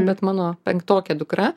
bet mano penktokė dukra